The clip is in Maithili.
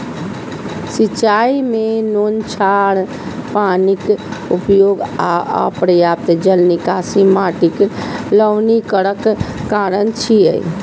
सिंचाइ मे नोनछराह पानिक उपयोग आ अपर्याप्त जल निकासी माटिक लवणीकरणक कारण छियै